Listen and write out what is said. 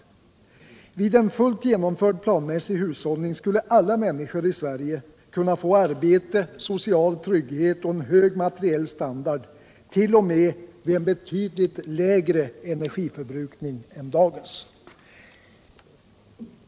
Vid en fullt genomförd planmässig hushållning skulle alla människor i Sverige kunna få arbete, social trygghet och en hög materiell standard t.o.m. vid en betydligt lägre energiförbrukning än dagens.